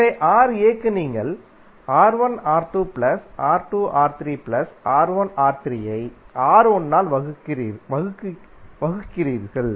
எனவே Ra க்கு நீங்கள் ஐ R1 ஆல் வகுக்கிறீர்கள்